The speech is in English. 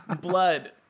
blood